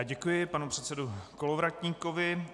Děkuji panu předsedovi Kolovratníkovi.